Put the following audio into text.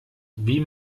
wie